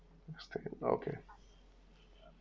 okay